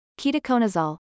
ketoconazole